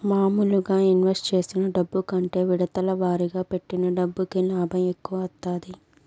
మాములుగా ఇన్వెస్ట్ చేసిన డబ్బు కంటే విడతల వారీగా పెట్టిన డబ్బుకి లాభం ఎక్కువ వత్తాది